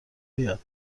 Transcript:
بیاد